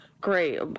Great